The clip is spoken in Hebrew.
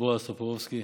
טופורובסקי,